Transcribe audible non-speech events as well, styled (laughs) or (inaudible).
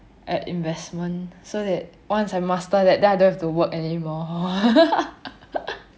at investment so that once I master that then I don't have to work anymore (laughs)